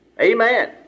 Amen